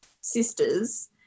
sisters